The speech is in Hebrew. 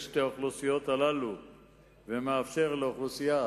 שתי האוכלוסיות הללו ומאפשר לאוכלוסייה